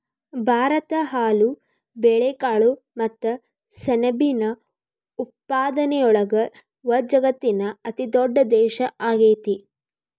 ಭಾರತ ಹಾಲು, ಬೇಳೆಕಾಳು ಮತ್ತ ಸೆಣಬಿನ ಉತ್ಪಾದನೆಯೊಳಗ ವಜಗತ್ತಿನ ಅತಿದೊಡ್ಡ ದೇಶ ಆಗೇತಿ